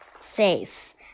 says